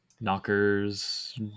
Knockers